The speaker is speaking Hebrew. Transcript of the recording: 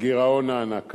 הגירעון הענק הזה,